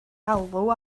alw